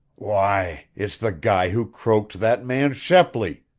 why, it's the guy who croaked that man shepley!